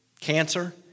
cancer